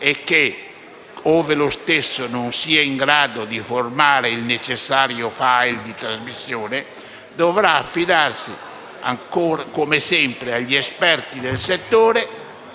e che, ove lo stesso non sia in grado di formare il necessario *file* di trasmissione, dovrà affidarsi, come sempre, agli esperti del settore